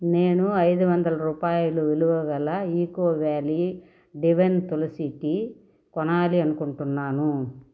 నేను ఐదు వందల రూపాయలు విలువ గల eco valley divine Tulsi tea కొనాలి అనుకుంటున్నాను